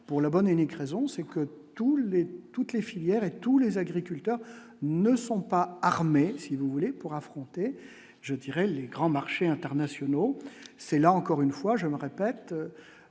pour la bonne et unique raison c'est que tous les toutes les filières et tous les agriculteurs ne sont pas armés, si vous voulez pour affronter, je dirais, les grands marchés internationaux, c'est là encore une fois, je me répète,